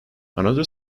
another